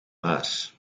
maas